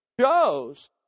shows